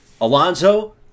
Alonso